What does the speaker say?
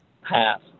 half